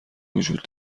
وجود